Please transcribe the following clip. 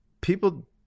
people